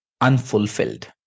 unfulfilled